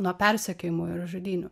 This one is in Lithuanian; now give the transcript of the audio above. nuo persekiojimo ir žudynių